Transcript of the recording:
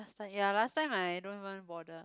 last time ya last time I don't even bother